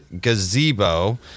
gazebo